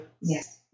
yes